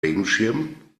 regenschirm